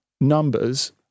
numbers